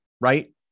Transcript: right